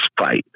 fight